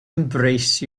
embrace